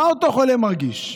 מה אותו חולה מרגיש?